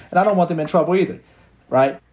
and i don't want them in trouble either right?